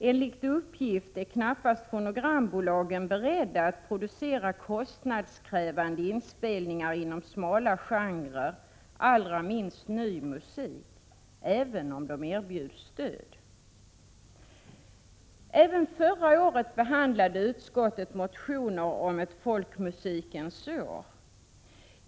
Enligt uppgift är fonogrambolagen knappast beredda att producera kostnadskrävande inspelningar inom smala genrer, allra minst ny musik, även om de erbjuds stöd. Även förra året behandlade utskottet motioner om ett folkmusikens år.